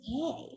Okay